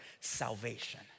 salvation